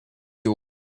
door